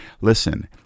listen